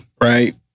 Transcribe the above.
right